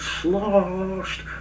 sloshed